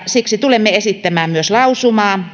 siksi tulemme esittämään myös lausumaa